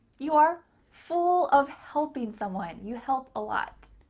you are full of helping someone. you help a lot.